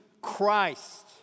Christ